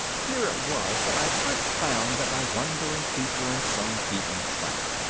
here it was that i first found that my wandering feet were in some beaten track.